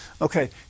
Okay